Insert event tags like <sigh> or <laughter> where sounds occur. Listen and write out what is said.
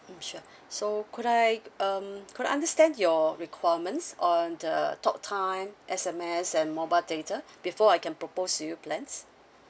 mm sure <breath> so could I um could I understand your requirements on the talk time S_M_S and mobile data before I can propose to you plans